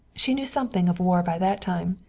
she knew something of war by that time.